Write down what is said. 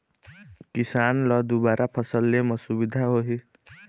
किसान ल दुबारा फसल ले म सुभिता होही